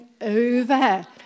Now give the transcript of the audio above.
over